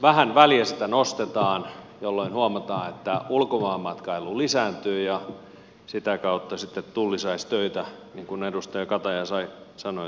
vähän väliä sitä nostetaan jolloin huomataan että ulkomaanmatkailu lisääntyy ja sitä kautta sitten tulli saisi töitä niin kuin edustaja kataja sanoi